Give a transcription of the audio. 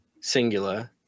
singular